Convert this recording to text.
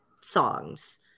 songs